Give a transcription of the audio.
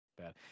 bad